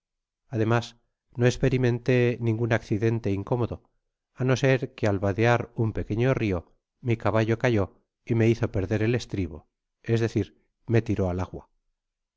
ademas no esperimeutó ningun accidente incómodo á no ser qae al vadear an pequeño rio mi caballo cayó y me hizo perder el estribo es deeir me tiro al agua